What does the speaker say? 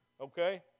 Okay